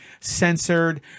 censored